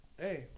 hey